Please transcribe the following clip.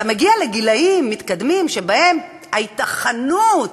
אתה מגיע לגילים מתקדמים שבהם ההיתכנות